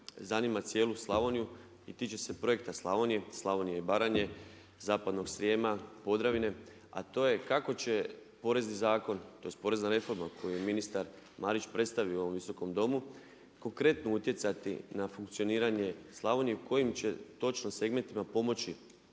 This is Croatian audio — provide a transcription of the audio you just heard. zanima cijelu Slavoniju i tiče se Projekta Slavonije, Slavonije i Baranje, zapadnog Srijema, Podravine, a to je kako će porezni zakon, tj. porezna reforma koju je ministar Marić predstavio u ovom Visokom domu konkretno utjecati na funkcioniranje Slavonije kojim će točno segmentima pomoći